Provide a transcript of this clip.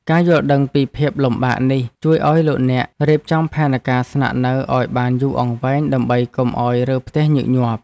ការយល់ដឹងពីភាពលំបាកនេះជួយឱ្យលោកអ្នករៀបចំផែនការស្នាក់នៅឱ្យបានយូរអង្វែងដើម្បីកុំឱ្យរើផ្ទះញឹកញាប់។